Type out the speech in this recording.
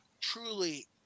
truly